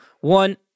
One